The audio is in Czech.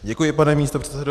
Děkuji, pane místopředsedo.